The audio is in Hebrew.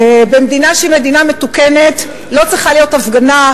במדינה שהיא מדינה מתוקנת לא צריכה להיות הפגנה,